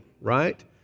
right